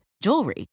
jewelry